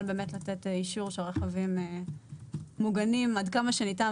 באמת לתת אישור שהרכבים מוגנים עד כמה שניתן.